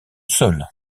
sol